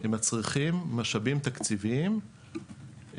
מצריכים משאבים תקציביים,